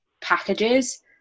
packages